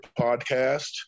podcast